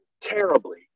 terribly